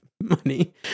money